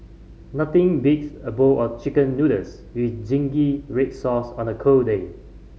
nothing beats a bowl of Chicken Noodles with zingy red sauce on a cold day